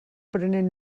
prenent